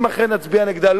אם אכן נצביע נגדה,